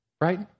Right